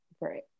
right